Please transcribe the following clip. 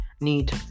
need